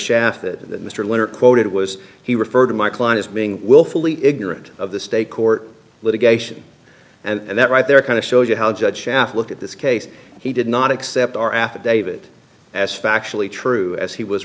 shafted that mr letter quoted was he referred to my client as being willfully ignorant of the state court litigation and that right there kind of shows you how judge shaft looked at this case he did not accept our affidavit as factually true as he was